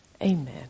Amen